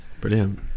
brilliant